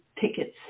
tickets